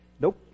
nope